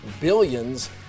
Billions